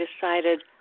decided